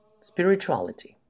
Spirituality